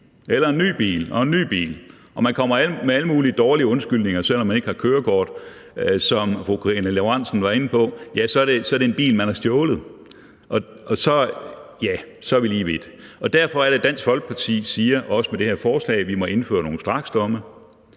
Lorentzen Dehnhardt var inde på, kommer med alle mulige dårlige undskyldninger, selv om man ikke har kørekort, om, at det er en bil, man har stjålet. Og så er vi lige vidt. Derfor er det, Dansk Folkeparti siger – også med det her forslag – at vi må indføre nogle straksdomme.